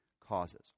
causes